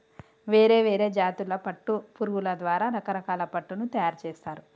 వేరే వేరే జాతుల పట్టు పురుగుల ద్వారా రకరకాల పట్టును తయారుచేస్తారు